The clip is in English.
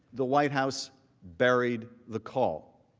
the white house buried the call.